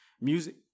music